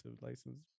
license